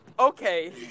Okay